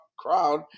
crowd